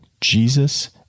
Jesus